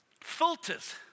filters